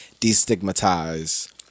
destigmatize